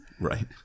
Right